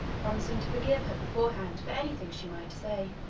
promising to forgive her beforehand for anything she might say.